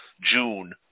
June